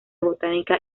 botánica